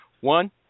One